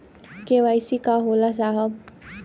KYC का होला साहब?